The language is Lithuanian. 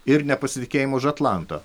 ir nepasitikėjimą už atlanto